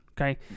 okay